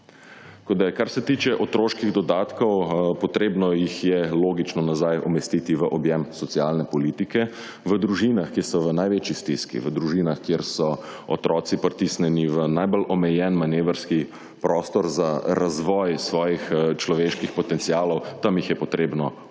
kar se tiče otroških dodatkov, potrebno jih je logično nazaj umestiti v objem socialne politike, v družinah, ki so v največji stiski, v družinah kjer so otroci pritisnjeni v najbolj omejen manevrski prostor za razvoj svojih človeških potencialov, tam jih je potrebno okrepiti.